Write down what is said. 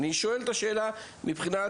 אני שואל את השאלה מבחינת